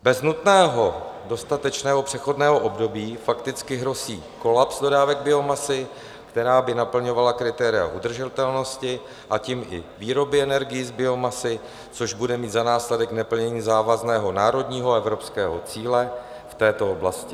Bez nutného dostatečného přechodného období fakticky hrozí kolaps dodávek biomasy, která by naplňovala kritéria udržitelnosti, a tím i výroby energií z biomasy, což bude mít za následek neplnění závazného národního i evropského cíle v této oblasti.